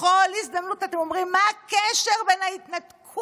בכל הזדמנות אתם אומרים: מה הקשר בין ההתנתקות,